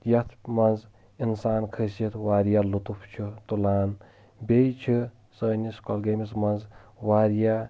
یتھ منٛز انسان کھسِتھ واریاہ لُطُف چھُ تُلان بیٚیہِ چھِ سٲنِس کۄلگٲمِس منٛز واریاہ